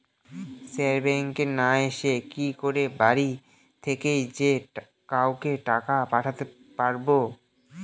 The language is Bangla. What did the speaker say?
স্যার ব্যাঙ্কে না এসে কি করে বাড়ি থেকেই যে কাউকে টাকা পাঠাতে পারবো?